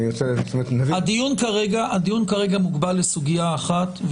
הדיון כרגע מוגבל לסוגיה אחת,